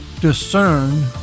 discern